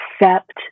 accept